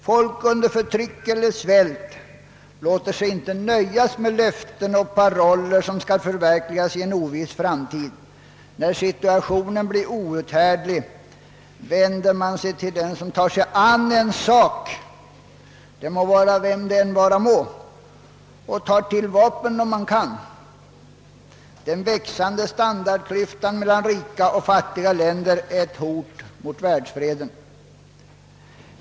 Folk som lever under förtryck eller svält låter sig inte nöjas med löften och paroller som skall förverkligas i en oviss framtid — när situationen blir outhärdlig vänder man sig till den som tar sig an ens sak, vem det än vara må, och tar till vapen om man kan göra det. Den växande standardklyftan mellan rika och fattiga länder är ett hot mot världsfreden.